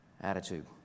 attitude